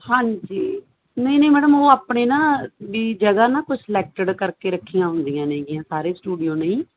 ਹਾਂਜੀ ਨਹੀਂ ਨਹੀਂ ਮੈਡਮ ਉਹ ਆਪਣੇ ਨਾ ਵੀ ਜਗ੍ਹਾ ਨਾ ਕੁਛ ਸਲੈਕਟਡ ਕਰਕੇ ਰੱਖੀਆਂ ਹੁੰਦੀਆਂ ਨੇਗੀਆਂ ਸਾਰੇ ਸਟੂਡੀਓ ਨੇ